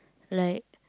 like